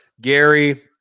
gary